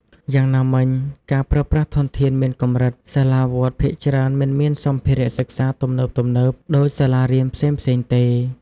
យ៉ាងណាមិញ ការប្រើប្រាស់ធនធានមានកម្រិត សាលាវត្តភាគច្រើនមិនមានសម្ភារៈសិក្សាទំនើបៗដូចសាលារៀនផ្សេងៗទេ។